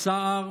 סער,